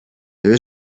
there